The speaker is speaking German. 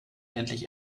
endlich